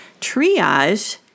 triage